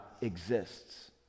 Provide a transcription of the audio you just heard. exists